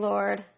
Lord